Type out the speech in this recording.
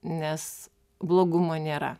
nes blogumo nėra